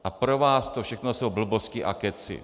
A pro vás to všechno jsou blbosti a kecy.